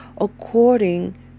according